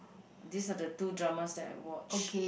these are the two dramas that I watch